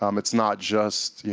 um it's not just, yeah